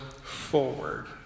forward